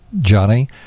Johnny